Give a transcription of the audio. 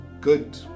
good